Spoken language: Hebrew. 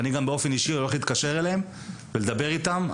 אני גם באופן אישי הולך להתקשר אליהם ולדבר איתם.